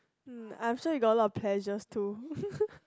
hmm I'm sure you have got a lot of pleasures too